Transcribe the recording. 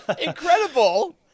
incredible